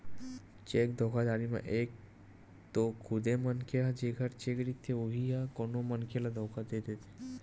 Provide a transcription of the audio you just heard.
cheque धोखाघड़ी म एक तो खुदे मनखे ह जेखर चेक रहिथे उही ह कोनो मनखे ल धोखा दे देथे